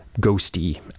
ghosty